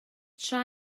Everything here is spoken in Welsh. tra